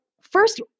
first